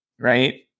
right